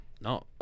No